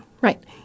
right